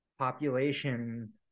population